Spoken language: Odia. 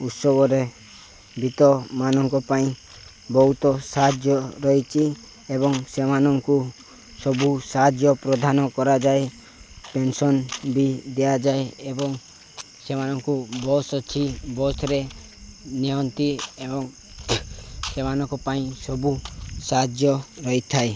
ଉତ୍ସବରେ ବିତମାନଙ୍କ ପାଇଁ ବହୁତ ସାହାଯ୍ୟ ରହିଚି ଏବଂ ସେମାନଙ୍କୁ ସବୁ ସାହାଯ୍ୟ ପ୍ରଧାନ କରାଯାଏ ପେନ୍ସନ୍ ବି ଦିଆଯାଏ ଏବଂ ସେମାନଙ୍କୁ ବସ୍ ଅଛି ବସରେ ନିଅନ୍ତି ଏବଂ ସେମାନଙ୍କ ପାଇଁ ସବୁ ସାହାଯ୍ୟ ରହିଥାଏ